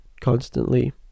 constantly